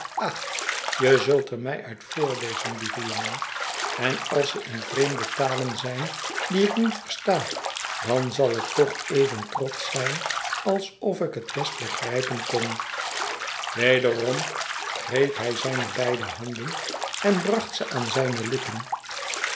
je zult er mij uit voorlezen lieve jongen en als ze in vreemde talen zijn die ik niet versta dan zal ik toch even trotsch zijn alsof ik het best begrijpen kon wederom greep hij mijne beide handen en bracht ze aan zijne lippen